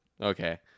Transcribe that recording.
okay